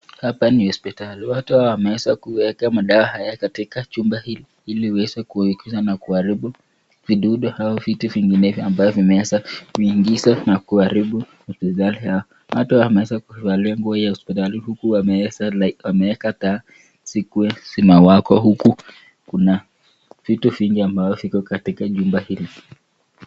Hapa ni hospitali. Watu wameweza kuweka madawa haya katika chumba hili, ili iweze kuingiza na kuharibu vidudu au vitu vinginevyo ambavyo vimeweza kuingiza na kuharibu hospitali hii. Watu wameweza kuvalia nguo ya hospitali huku wameweza Like wameweka taa zikue zinawaka huku. Kuna vitu vingi ambavyo viko katika chumba hili.